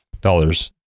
dollars